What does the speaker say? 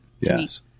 Yes